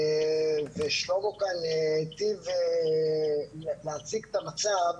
ושלמה כאן היטיב להציג את המצב.